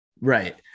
Right